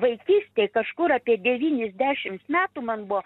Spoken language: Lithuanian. vaikystėj kažkur apie devynis dešimt metų man buvo